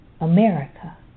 America